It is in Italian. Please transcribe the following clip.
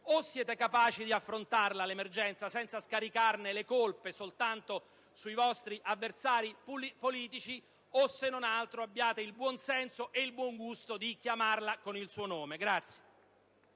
O siete capaci di affrontare l'emergenza senza scaricarne le colpe soltanto sui vostri avversari politici o, se non altro, abbiate il buon senso e il buon gusto di chiamarla con il suo nome!